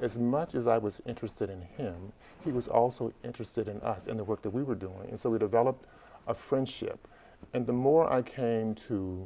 as much as i was interested in him he was also interested in the work that we were doing and so we developed a friendship and the more i came to